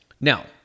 Now